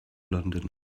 london